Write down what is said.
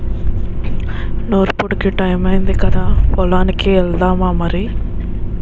నూర్పుడికి టయమయ్యింది కదా పొలానికి ఎల్దామా మరి